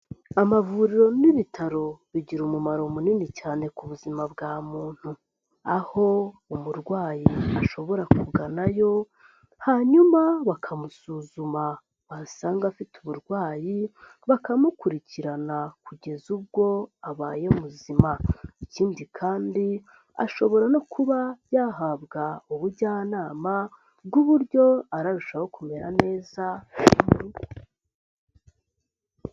Amavuriro n'ibitaro bigira umumaro munini cyane ku buzima bwa muntu, aho umurwayi ashobora kuganayo hanyuma bakamusuzuma basanga afite uburwayi bakamukurikirana kugeza ubwo abaye muzima. Ikindi kandi ashobora no kuba yahabwa ubujyanama bw'uburyo yarushaho kumera neza mu rugo.